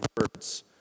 words